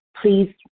Please